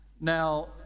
Now